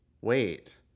wait